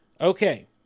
Okay